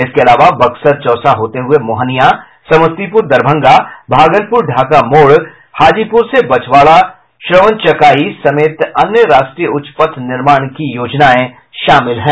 इसके अलावा बक्सर चौसा होते हुये मोहनियां समस्तीपुर दरभंगा भागलपुर ढाका मोड़ हाजीपुर से बछवाड़ा श्रवण चकाई समेत अन्य राष्ट्रीय उच्च पथ निर्माण की योजनाएं शामिल हैं